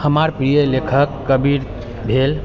हमार प्रिय लेखक कबीर भेल